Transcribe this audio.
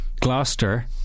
Gloucester